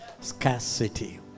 Scarcity